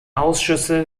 ausschüsse